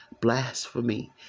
blasphemy